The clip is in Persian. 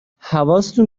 حواستون